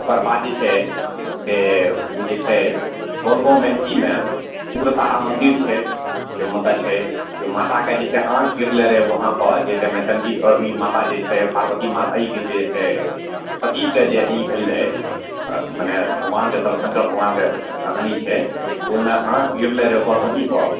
ओकर बाद जे छै से ओ जे छै बनगाँव महिषीमे उग्रतारा मन्दिर छै मानता छै माताके जे छै आँखि गिरलै रहै वहाँपर जे चण्डी माता जे छै पार्वती जे छै सतीके जे ई भेल रहै मने भगवानके तरफ शङ्कर भगवानके कहानी छै ओहिमे आँखि गिरलै रहै ओकर वहीँपर